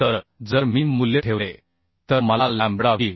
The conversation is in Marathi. तर जर मी मूल्य ठेवले तर मला लॅम्बडाVV